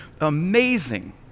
Amazing